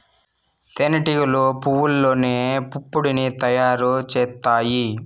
తేనె టీగలు పువ్వల్లోని పుప్పొడిని తయారు చేత్తాయి